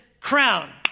crown